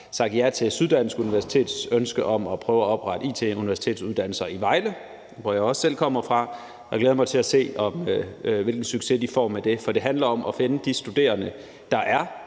sagt ja til Syddansk Universitets ønske om at prøve at oprette it-universitetsuddannelser i Vejle, hvor jeg selv kommer fra, og jeg glæder mig til at se, hvilken succes de får med det. For det handler om at finde de studerende, der er,